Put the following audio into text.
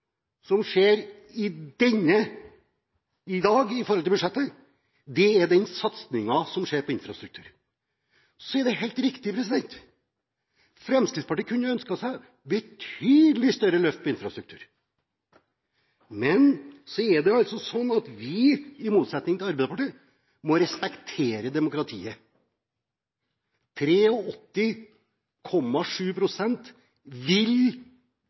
som skjer i dag når det gjelder budsjettet, er den satsingen som skjer på infrastruktur. Så er det helt riktig: Fremskrittspartiet kunne ønsket seg betydelig større løft på infrastruktur, men så er det altså sånn at vi, i motsetning til Arbeiderpartiet, må respektere demokratiet. 83,7 pst. vil